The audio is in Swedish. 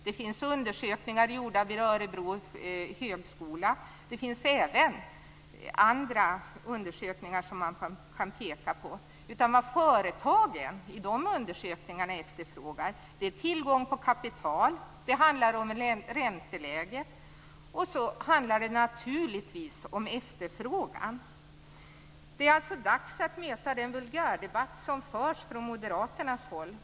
Det finns undersökningar gjorda vid Örebro högskola och även andra undersökningar som visar att vad företagen önskar är tillgång på kapital, ett bra ränteläge och naturligtvis efterfrågan. Det är alltså dags att möta den vulgärdebatt som förs från moderat håll.